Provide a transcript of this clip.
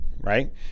right